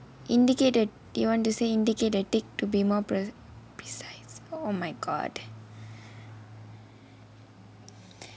indicated you want to say indicate a tick to be more precise on my god